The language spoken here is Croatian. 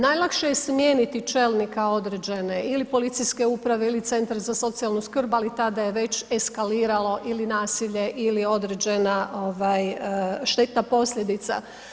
Najlakše je smijeniti čelnika određene ili policijske uprave ili centra za socijalnu skrb, ali tada je već eskaliralo ili nasilje ili određena ovaj štetna posljedica.